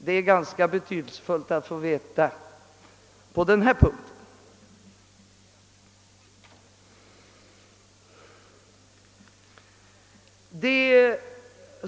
Det är ganska betydelsefullt att få veta detta.